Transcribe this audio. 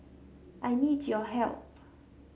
I need your help